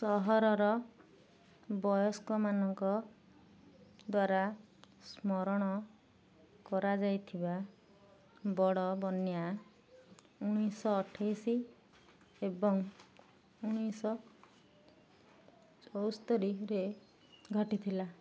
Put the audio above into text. ସହରର ବୟସ୍କମାନଙ୍କ ଦ୍ୱାରା ସ୍ମରଣ କରାଯାଇଥିବା ବଡ଼ ବନ୍ୟା ଉଣେଇଶ ଅଠେଇଶହ ଏବଂ ଉଣେଇଶହ ଚଉସ୍ତୋରିରେ ଘଟିଥିଲା